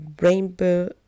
rainbow